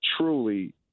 truly